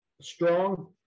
strong